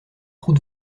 route